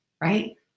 right